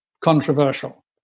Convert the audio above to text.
controversial